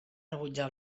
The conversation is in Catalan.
rebutjar